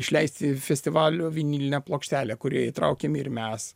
išleisti festivalio vinilinę plokštelę kurioje įtraukiami ir mes